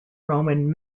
roman